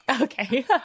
Okay